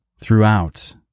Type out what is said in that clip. throughout